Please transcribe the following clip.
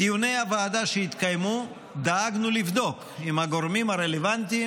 בדיוני הוועדה שהתקיימו דאגנו לבדוק עם הגורמים הרלוונטיים,